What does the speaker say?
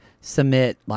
Submit